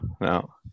No